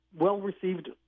well-received